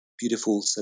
beautiful